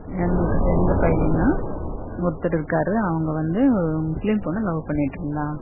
எங்களுக்கு தெரிஞ்ச பையன்னா ஒருத்தர் இருக்கார் அவங்க வந்து ஒரு முஸ்லீம் பொண்ணை லவ் பண்ணிட்டுருந்தான்